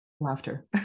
laughter